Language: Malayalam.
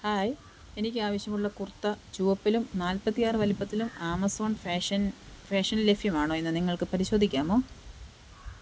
ഹായ് എനിക്ക് ആവശ്യമുള്ള കുർത്ത ചുവപ്പിലും നാൽപ്പത്തിയാറ് വലിപ്പത്തിലും ആമസോൺ ഫാഷൻ ഫാഷനിൽ ലഭ്യമാണോയെന്ന് നിങ്ങൾക്ക് പരിശോധിക്കാമോ